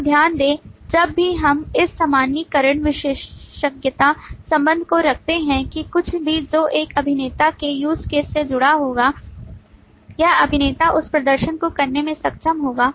आप ध्यान दें जब भी हम इस सामान्यीकरण विशेषज्ञता संबंध को रखते हैं कि कुछ भी जो इस अभिनेता के use case से जुड़ा होगा यह अभिनेता उस प्रदर्शन को करने में सक्षम होगा